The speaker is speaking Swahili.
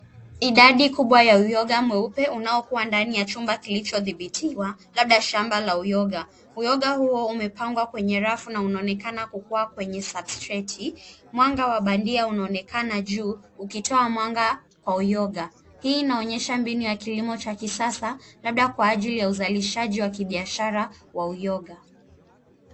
Idadi kubwa ya uyoga mweupe unaokua ndani ya chumba kilichodhibitiwa labda shamba la uyoga. Uyoga huo umepangwa kwenye rafu na unaonekana kukwaa kwenye substrate . Mwanga wa bandia unaonekana juu ukitoa mwanga kwa uyoga. Hii inaonyesha mbinu ya kilimo cha kisasa labda kwa ajili ya uzalishaji wa kibiashara wa uyoga.